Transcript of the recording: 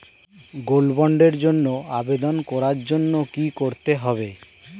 Gold বন্ডের জন্য আবেদন করার জন্য কি করতে হবে?